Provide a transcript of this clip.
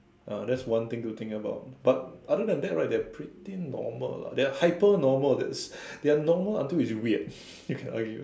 uh that's one thing to think about but other than that right they are pretty normal lah they are hyper normal they are normal until it's weird I can argue